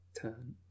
turn